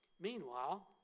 Meanwhile